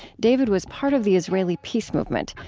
david was part of the israeli peace movement,